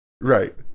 Right